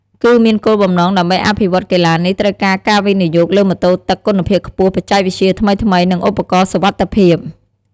គឺមានគោលបំណងដើម្បីអភិវឌ្ឍកីឡានេះ ត្រូវការការវិនិយោគលើម៉ូតូទឹកគុណភាពខ្ពស់ បច្ចេកវិទ្យាថ្មីៗ និងឧបករណ៍សុវត្ថិភាព។